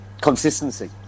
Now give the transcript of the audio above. consistency